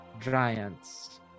giants